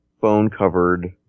bone-covered